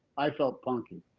i felt punky.